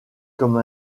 comme